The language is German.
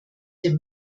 der